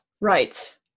Right